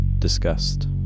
Discussed